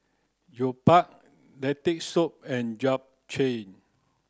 Jokbal Lentil soup and Japchae